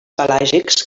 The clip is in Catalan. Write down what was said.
pelàgics